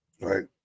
Right